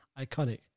iconic